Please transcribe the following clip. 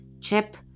Chip